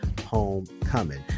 homecoming